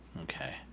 Okay